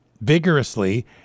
vigorously